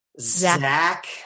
Zach